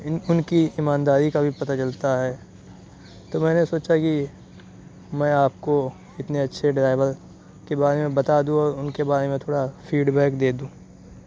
ان ان کی ایمانداری کا بھی پتہ چلتا ہے تو میں نے سوچا کہ میں آپ کو اتنے اچھے ڈرائیور کے بارے میں بتا دوں اور ان کے بارے میں تھوڑا فیڈ بیک دے دوں